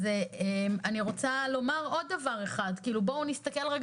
אני רוצה לומר עוד דבר אחד: בואו נסתכל על